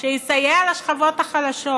שיסייע לשכבות החלשות.